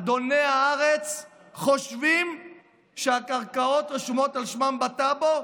אדוני הארץ חושבים שהקרקעות רשומות על שמם בטאבו,